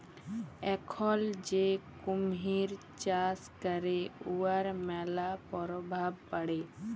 এখল যে কুমহির চাষ ক্যরে উয়ার ম্যালা পরভাব পড়ে